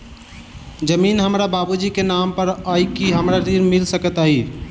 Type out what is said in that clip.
जमीन हमरा बाबूजी केँ नाम पर अई की हमरा ऋण मिल सकैत अई?